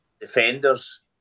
defenders